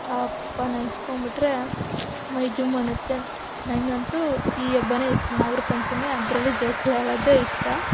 ಅಬ್ಬಾ ನೆನೆಸ್ಕೊಂಬಿಟ್ರೆ ಮೈ ಜುಮ್ ಅನ್ನುತ್ತೆ ನನಗಂತೂ ಈ ಹಬ್ಬನೇ ನಾಗರ ಪಂಚಮಿ ಅದರಲ್ಲೂ ಜೋಕಾಲಿ ಆಡೋದೇ ಇಷ್ಟ